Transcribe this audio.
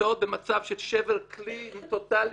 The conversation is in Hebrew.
נמצאות במצב של שבר כלי טוטלי,